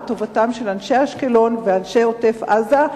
לטובתם של אנשי אשקלון ואנשי עוטף-עזה.